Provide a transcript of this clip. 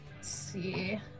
see